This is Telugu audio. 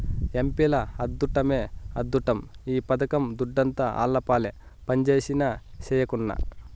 ఎంపీల అద్దుట్టమే అద్దుట్టం ఈ పథకం దుడ్డంతా ఆళ్లపాలే పంజేసినా, సెయ్యకున్నా